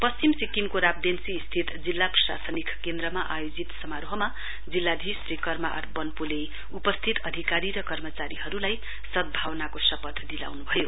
पश्चिम सिक्किमको राब्देन्सी स्थित जिल्ला प्रशासनिक केन्द्रमा आयोजित समारोहरमा जिल्लाधीश श्री कर्मा आर बन्पोले उपस्थित अधिकारी र कर्मचारीहरूलाई सद्भावनाको शपथ दिलाउनुभयो